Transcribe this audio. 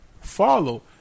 follow